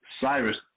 Cyrus